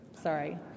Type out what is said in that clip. Sorry